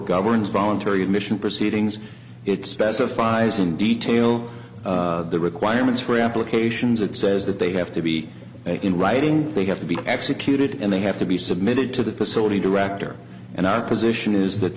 governs voluntary admission proceedings it specifies in detail the requirements for applications it says that they have to be in writing they have to be executed and they have to be submitted to the facility director and our position is that